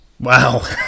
Wow